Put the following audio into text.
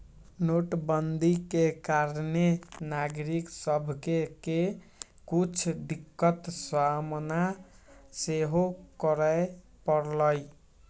नोटबन्दि के कारणे नागरिक सभके के कुछ दिक्कत सामना सेहो करए परलइ